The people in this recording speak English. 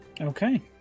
Okay